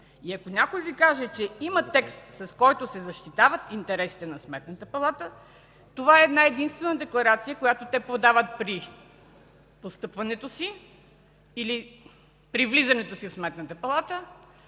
Ако някой Ви каже, че има текст, с който се защитават интересите на Сметната палата, това е една-единствена декларация, която те подават при постъпването си или при влизането си в